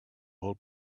hold